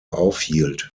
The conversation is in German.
aufhielt